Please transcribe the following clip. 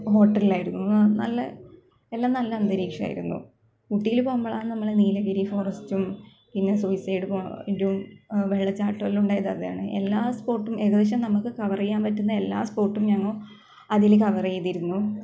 ഹോട്ടലിലായിരുന്നു നല്ല എല്ലാം നല്ല അന്തരീക്ഷം ആയിരുന്നു ഊട്ടിയില് പോകുമ്പോളാണ് നമ്മൾ നീലഗിരി ഫോറസ്റ്റും പിന്നെ സൂയിസൈഡ് പോയിന്റും വെള്ളച്ചാട്ടവും എല്ലാം ഉണ്ടായത് അതാണ് എല്ലാ സ്പോട്ടും ഏകദേശം നമുക്ക് കവർ ചെയ്യാന് പറ്റുന്ന എല്ലാ സ്പോട്ടും ഞങ്ങൾ അതിൽ കവർ ചെയ്തിരുന്നു